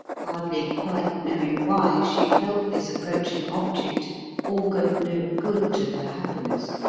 hardly quite knowing why, she felt this approaching object augured no good to their happiness.